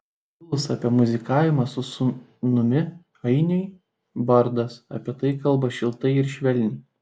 prabilus apie muzikavimą su sūnumi ainiu bardas apie tai kalba šiltai ir švelniai